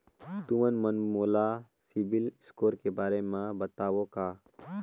तुमन मन मोला सीबिल स्कोर के बारे म बताबो का?